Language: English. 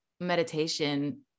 meditation